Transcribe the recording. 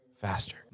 faster